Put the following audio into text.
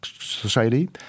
society